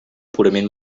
purament